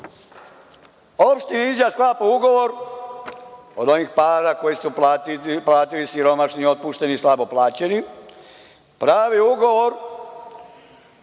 Opština Inđija sklapa ugovor od onih para koje su uplatili,u siromašni i otpušteni, slabo plaćeni, pravi ugovor